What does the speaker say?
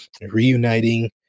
reuniting